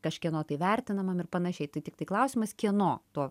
kažkieno tai vertinamam ir panašiai tai tiktai klausimas kieno to